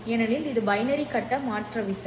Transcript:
ஏனெனில் இது பைனரி கட்ட மாற்ற விசை